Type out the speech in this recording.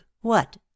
what